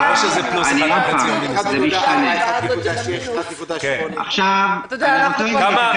לא שזה פלוס 1.5% או מינוס 1.5%. עוד פעם,